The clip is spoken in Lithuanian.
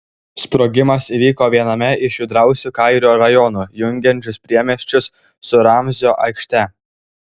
sprogimas įvyko viename iš judriausių kairo rajonų jungiančių priemiesčius su ramzio aikšte